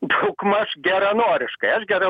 daugmaž geranoriškai aš gera